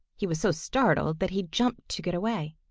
he was so startled that he jumped to get away.